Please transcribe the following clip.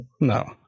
No